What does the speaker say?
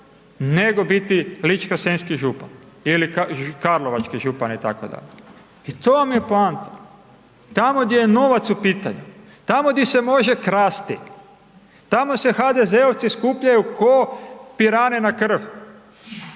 nego biti ličko-senjski župan ili karlovački župan itd. I to vam je poanta, tamo gdje je novac u pitanju, tamo di se može krasti, tamo se HDZ-ovci skupljaju ko piranje na krv.